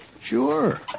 Sure